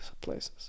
places